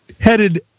headed